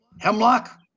hemlock